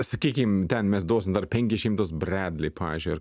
sakykim ten mes duosim dar penkis šimtus bredli pavyzdžiui ar